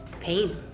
pain